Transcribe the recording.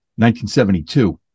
1972